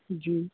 ਜੀ